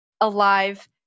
alive